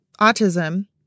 autism